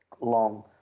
long